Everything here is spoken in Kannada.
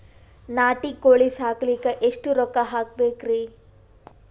ನಾಟಿ ಕೋಳೀ ಸಾಕಲಿಕ್ಕಿ ಎಷ್ಟ ರೊಕ್ಕ ಹಾಕಬೇಕ್ರಿ?